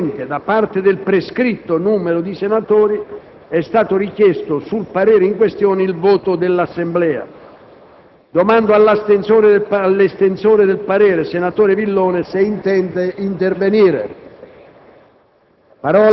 Successivamente, da parte del prescritto numero di senatori, è stato richiesto, sul parere in questione, il voto dell'Assemblea. Domando all'estensore del parere, senatore Villone, se intende intervenire.